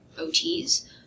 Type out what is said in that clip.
OTs